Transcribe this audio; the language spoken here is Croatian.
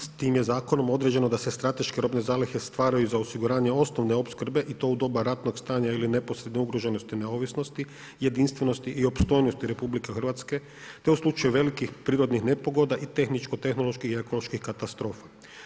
S tim je zakonom određeno da se strateške robne zalihe stvaraju za osiguranje osnovne opskrbe i to u doba ratnog stanja ili neposredne ugroženosti i neovisnosti, jedinstvenosti i opstojnosti RH te u slučaju velikih prirodnih nepogoda i tehničko tehnološko i ekološke katastrofe.